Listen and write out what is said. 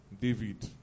David